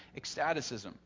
ecstaticism